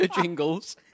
jingles